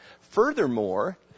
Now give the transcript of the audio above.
Furthermore